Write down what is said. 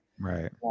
right